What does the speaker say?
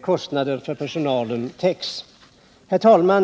kostnader för personalen täcks. Herr talman!